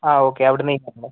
okay അവിടെന്ന് ചെയ്യാംല്ലേ